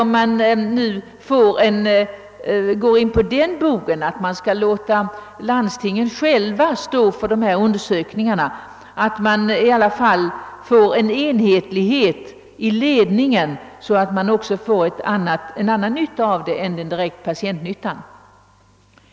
Om man nu planerar att låta landstingen själva svara för dessa undersökningar, skulle jag önska att man i alla fall försökte åstadkomma enhetlighet i ledningen, så att man också kan få annan nytta av undersökningarna än den direkta patientnyttan.